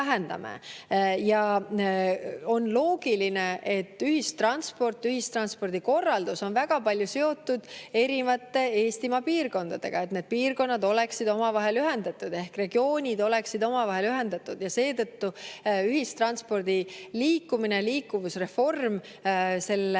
On loogiline, et ühistransport, ühistranspordi korraldus on väga palju seotud erinevate Eesti piirkondadega, et need piirkonnad oleksid omavahel ühendatud ehk regioonid oleksid omavahel ühendatud, ja seetõttu ühistranspordi liikumine, liikuvusreform